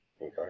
okay